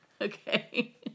Okay